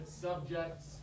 subjects